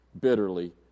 bitterly